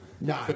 No